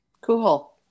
Cool